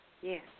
Yes